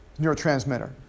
neurotransmitter